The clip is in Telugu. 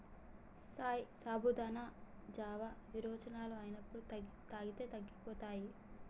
సాబుదానా జావా విరోచనాలు అయినప్పుడు తాగిస్తే తగ్గిపోతాయి